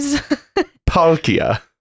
Palkia